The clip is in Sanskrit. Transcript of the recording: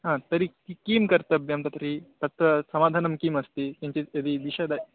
हा तर्हि किं कर्तव्यं तर्हि तत्र समाधानं किमस्ति तत्समाधानं किञ्चित् विषद